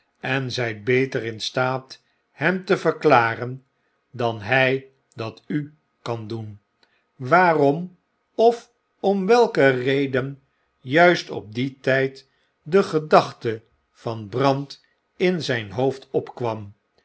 en zgt beter in staat hem te verklaren dan hg het u kan doen waarom of om welke reden juist op dien tgd de gedachte van brand in zgn hoofd opkwam